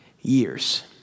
years